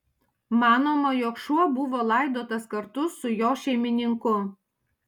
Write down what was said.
manoma jog šuo buvo laidotas kartu su jo šeimininku